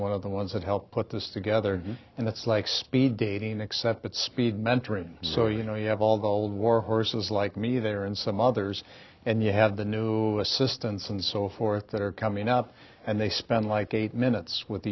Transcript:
one of the ones that helped put this together and it's like speed dating except that speed mentoring so you know you have all the old warhorses like me there and some others and you have the new assistants and so forth that are coming up and they spend like eight minutes with